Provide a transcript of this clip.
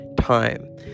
time